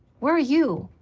where are you?